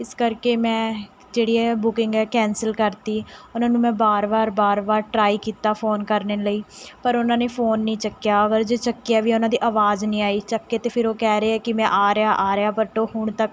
ਇਸ ਕਰਕੇ ਮੈਂ ਜਿਹੜੀ ਹੈ ਬੁਕਿੰਗ ਹੈ ਕੈਂਸਲ ਕਰ ਦਿੱਤੀ ਉਹਨਾਂ ਨੂੰ ਮੈਂ ਬਾਰ ਬਾਰ ਬਾਰ ਬਾਰ ਟਰਾਈ ਕੀਤਾ ਫ਼ੋਨ ਕਰਨੇ ਲਈ ਪਰ ਉਹਨਾਂ ਨੇ ਫ਼ੋਨ ਨਹੀਂ ਚੁੱਕਿਆ ਅਗਰ ਜੇ ਚੁੱਕਿਆ ਵੀ ਏ ਉਹਨਾਂ ਦੀ ਆਵਾਜ਼ ਨਹੀਂ ਆਈ ਚੁੱਕ ਕੇ ਅਤੇ ਫਿਰ ਉਹ ਕਹਿ ਰਹੇ ਹੈ ਕਿ ਮੈਂ ਆ ਰਿਹਾ ਹਾਂ ਰਿਹਾ ਬਟ ਉਹ ਹੁਣ ਤੱਕ